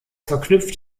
verknüpft